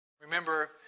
Remember